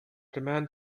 demand